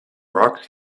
rocks